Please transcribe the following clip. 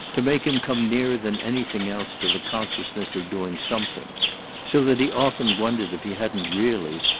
to make him come nearer than anything else to the consciousness of doing something so that he often wondered if he hadn't really,